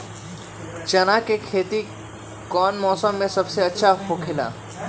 चाना के खेती कौन मौसम में सबसे अच्छा होखेला?